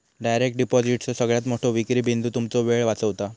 direct डिपॉजिटचो सगळ्यात मोठो विक्री बिंदू तुमचो वेळ वाचवता